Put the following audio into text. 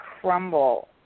crumble